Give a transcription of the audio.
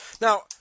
Now